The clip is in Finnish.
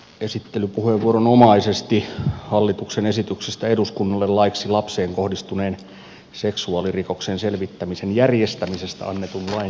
esittelypuheenvuoron omaisesti hallituksen esityksestä eduskunnalle laiksi lapseen kohdistuneen seksuaalirikoksen selvittämisen järjestämisestä annetun lain muuttamisesta